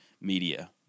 media